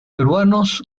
peruanos